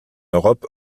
europe